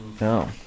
No